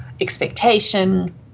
expectation